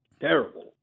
terrible